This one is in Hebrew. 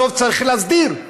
בסוף צריך להסדיר.